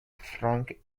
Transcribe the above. frank